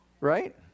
Right